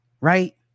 Right